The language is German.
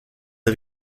den